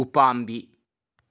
ꯎ ꯄꯥꯝꯕꯤ